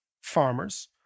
farmers